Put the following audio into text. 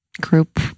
group